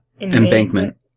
Embankment